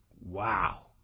Wow